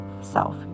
self